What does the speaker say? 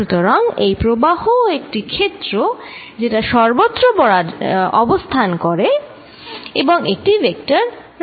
সুতরাং এই প্রবাহ ও একটি ক্ষেত্র যেটা সর্বত্র অবস্থান করে এবং একটি ভেক্টর রাশি